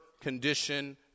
condition